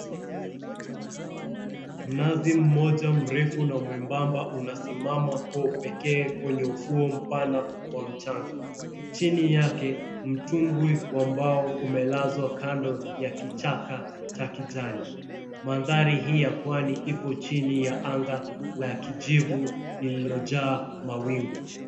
Mnazi mmoja mrefu na mwembamba unasimama kwa upekee kwenye ufuo mpana wa mchanga. Chini yake mtumbwi wa mbao umelazwa kando ya kichaka cha kijani. Mandhari hii ya pwani ipo chini ya anga la kijivu lililojaa mawingu.